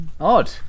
odd